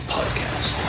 Podcast